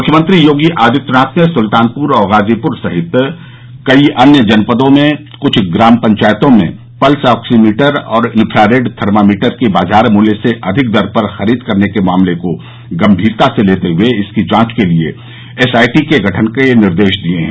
मुख्यमंत्री योगी आदित्यनाथ ने सुल्तानपुर और गाजीपुर सहित कई अन्य जनपदों में कुछ ग्राम पंचायतों में पल्स आक्सीमीटर और इंफ्रारेड थर्मामीटर की बाजार मूल्य से अधिक दर पर खरीद करने के मामले को गंभीरता से लेते हुए इसकी जांच के लिये एसआईटी के गठन के निर्देश दिये हैं